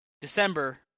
December